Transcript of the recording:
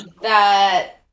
that-